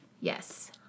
Yes